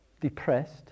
depressed